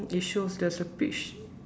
it shows there's a peach